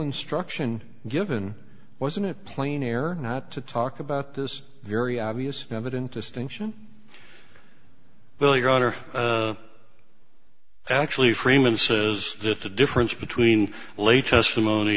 instruction given wasn't plain error not to talk about this very obvious evidence distinction well your honor actually freeman says that the difference between lay testimony